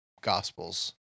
gospels